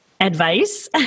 advice